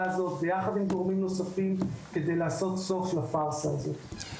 הזו וגורמים נוספים כדי לעשות סוף לפארסה הזו.